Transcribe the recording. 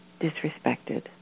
disrespected